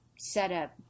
Setup